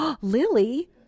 Lily